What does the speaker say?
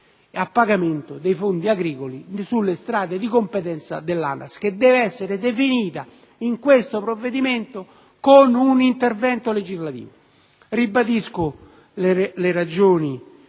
a pagamento dei fondi agricoli sulle strade di competenza dell'ANAS, che deve essere definita in questo provvedimento con un intervento legislativo. Ribadisco le ragioni